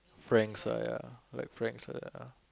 franks ya like franks like that ah